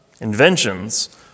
inventions